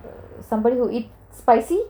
somebody who eat spicy